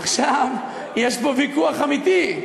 עכשיו, יש פה ויכוח אמיתי: